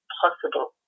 possible